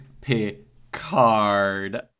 Picard